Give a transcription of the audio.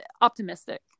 optimistic